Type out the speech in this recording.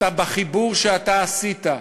בחיבור שאתה עשית,